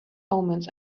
omens